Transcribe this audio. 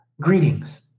greetings